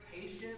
patience